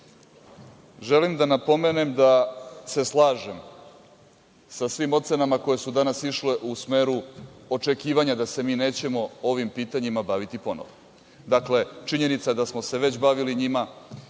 da napomenem da se slažem sa svim ocenama koje su danas išle u smeru očekivanja da se mi nećemo ovim pitanjima baviti ponovo. Činjenica da smo se već bavili njima